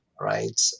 right